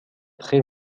très